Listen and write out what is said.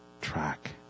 track